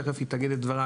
תיכף היא תגיד את דבריה,